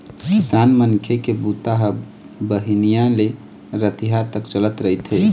किसान मनखे के बूता ह बिहनिया ले रतिहा तक चलत रहिथे